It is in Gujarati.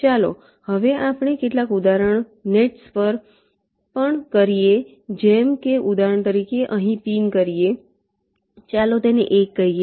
ચાલો હવે આપણે કેટલાક ઉદાહરણ નેટ્સ પર પણ કરીએ જેમ કે ઉદાહરણ તરીકે અહીં પિન કરીએ ચાલો તેને 1 કહીએ